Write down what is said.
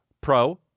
pro